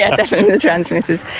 yeah definitely the transmitters.